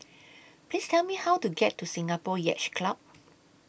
Please Tell Me How to get to Singapore Yacht Club